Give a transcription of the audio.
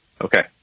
Okay